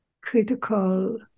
critical